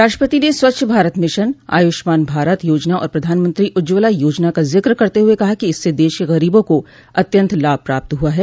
राष्ट्रपति ने स्वच्छ भारत मिशन और आयुष्मान भारत योजना और प्रधानमंत्री उज्जवला योजना का जिक्र करते हुए कहा कि इससे देश के गरीबों को अत्यन्त लाभ प्राप्त हुआ है